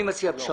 אני מציע פשרה.